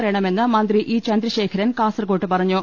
റിയണമെന്ന് മന്ത്രി ഇ ചന്ദ്രശേഖരൻ കാസർകോട്ട് പറ ഞ്ഞു